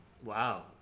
Wow